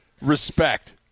Respect